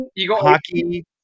hockey